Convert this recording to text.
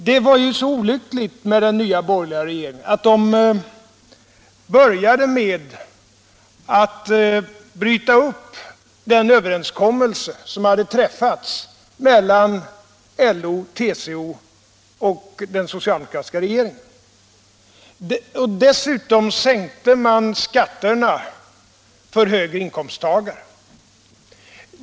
Det var ju så olyckligt med den nya borgerliga regeringen att den började med att bryta upp den överenskommelse som hade träffats mellan LO, TCO och den socialdemokratiska regeringen. Dessutom sänkte man skatterna för högre inkomsttagare.